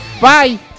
Bye